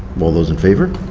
all those in favor?